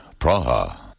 Praha